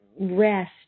rest